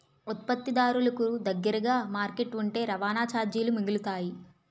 ఉత్పత్తిదారులకు దగ్గరగా మార్కెట్ ఉంటే రవాణా చార్జీలు మిగులుతాయి